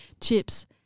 chips